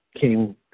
came